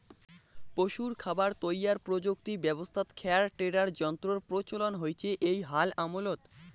পশুর খাবার তৈয়ার প্রযুক্তি ব্যবস্থাত খ্যার টেডার যন্ত্রর প্রচলন হইচে এ্যাই হাল আমলত